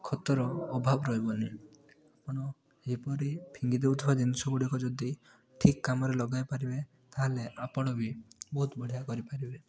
ଖତର ଅଭାବ ରହିବନି ଆପଣ ଏପରି ଫିଙ୍ଗି ଦେଉଥିବା ଦିନିଷ ଗୁଡ଼ିକ ଯଦି ଠିକ୍ କାମରେ ଲଗାଇପାରିବେ ତା'ହେଲେ ଆପଣ ବି ବହୁତ ବଢ଼ିଆ କରିପାରିବେ